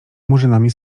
murzynami